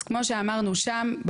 אז כמו שאמרנו שם,